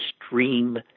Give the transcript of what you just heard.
extreme